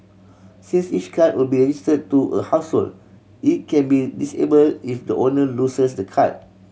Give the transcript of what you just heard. since each card will be register to a household it can be disable if the owner loses the card